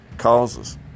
causes